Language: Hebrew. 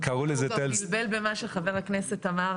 הארץ הזאת נבנתה במשך הרבה שנים,